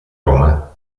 roma